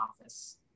office